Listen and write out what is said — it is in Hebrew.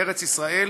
בארץ ישראל,